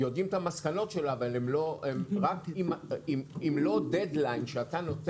יודעים את המסקנות שלה אבל אם לא הדד-ליין שאתה קבעת